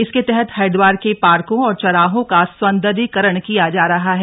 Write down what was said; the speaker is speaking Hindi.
इसके तहत हरिद्वार के पार्को और चौराहों का सौंदर्यीकरण किया जा रहा है